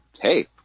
hey